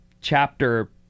chapter